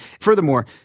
furthermore